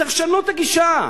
צריך לשנות את הגישה.